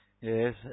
Yes